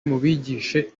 mubigishe